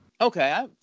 Okay